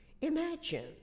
Imagine